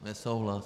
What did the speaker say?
Nesouhlas.